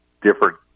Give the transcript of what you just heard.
different